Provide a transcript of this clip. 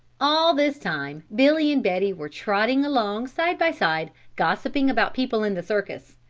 all this time billy and betty were trotting along side by side gossiping about people in the circus,